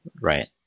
Right